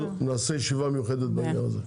אבל נקיים ישיבה מיוחדת בעניין הזה.